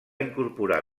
incorporar